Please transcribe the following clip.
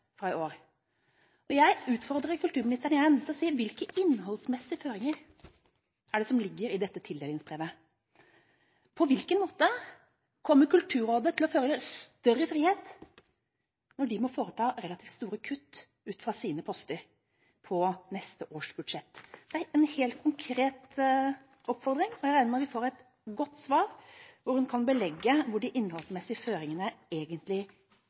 fra i år, og jeg utfordrer kulturministeren igjen til å si hvilke «innholdsmessige føringer» som ligger i dette tildelingsbrevet. På hvilken måte kommer Kulturrådet til å føle større frihet når de må foreta relativt store kutt ut fra sine poster på neste års budsjett? Dette er en helt konkret oppfordring, og jeg regner med at vi får et godt svar, hvor hun kan belegge hvor de innholdsmessige føringene egentlig